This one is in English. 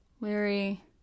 Larry